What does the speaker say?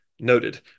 noted